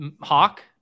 Hawk